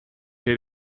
che